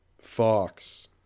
Fox